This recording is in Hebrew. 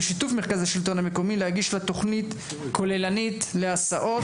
בשיתוף מרכז השלטון המקומי ,להגיש לה תכנית כוללנית להסעות,